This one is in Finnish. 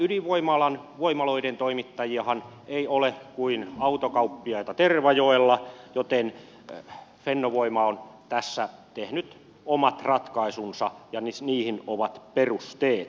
näitä ydinvoimaloiden toimittajiahan ei ole kuin autokauppiaita tervajoella joten fennovoima on tässä tehnyt omat ratkaisunsa ja niihin on perusteet